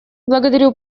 благодарю